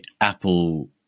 Apple